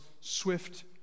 swift